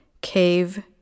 cave